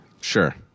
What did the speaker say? Sure